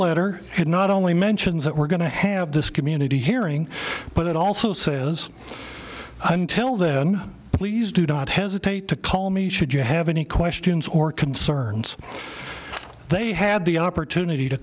letter had not only mentions that we're going to have this community hearing but it also says until then please do not hesitate to call me should you have any questions or concerns they had the opportunity to